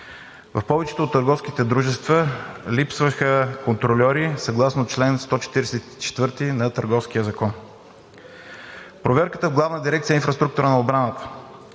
В повечето от търговските дружества липсваха контрольори съгласно чл. 144 на Търговския закон. Проверката в Главна дирекция „Инфраструктура на отбраната“